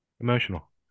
emotional